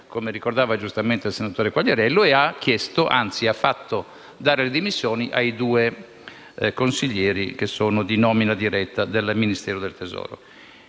come ricordava giustamente il senatore Quagliariello, e ha fatto dare le dimissioni ai due consiglieri che sono di nomina diretta del Ministero dell'economia